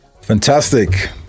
Fantastic